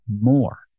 more